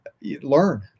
learn